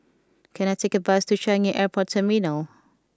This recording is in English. can I take a bus to Changi Airport Terminal